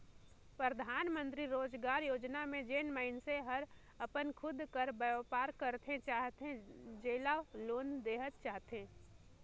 परधानमंतरी रोजगार योजना में जेन मइनसे हर अपन खुद कर बयपार करेक चाहथे जेला लोन देहल जाथे